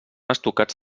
estucats